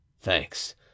Thanks